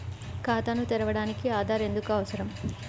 ఖాతాను తెరవడానికి ఆధార్ ఎందుకు అవసరం?